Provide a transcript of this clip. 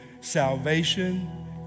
salvation